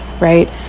right